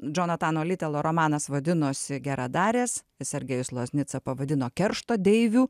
džonatano litelo romanas vadinosi geradarės sergejus loznica pavadino keršto deivių